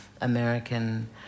American